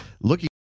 looking